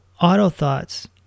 auto-thoughts